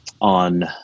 on